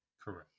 correct